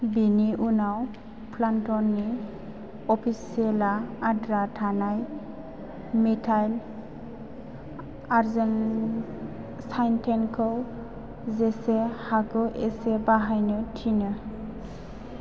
बिनि उनाव प्लान्ट'ननि अफिसियेलआ आद्रा थानाय मिथाइल आरजेनसाइन्टेन्टखौ जेसे हागौ एसे बाहायनो थिनो